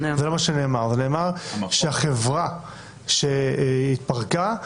נאמר שהחברה שהתפרקה,